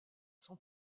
son